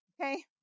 okay